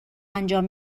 انجام